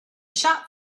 shop